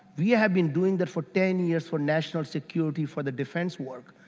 yeah have been doing that for ten years for national security for the defense work.